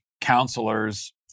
counselors